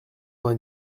vingt